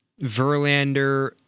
Verlander